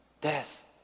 death